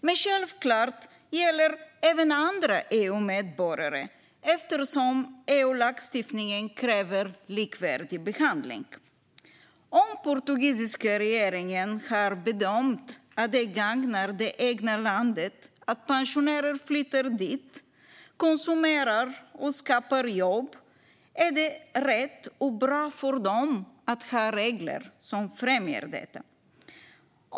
Men det gäller självklart även andra EU-medborgare eftersom EU-lagstiftningen kräver likvärdig behandling. Om den portugisiska regeringen har bedömt att det gagnar det egna landet att pensionärer flyttar dit, konsumerar och skapar jobb är det rätt och bra för dem att ha regler som främjar detta.